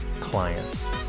clients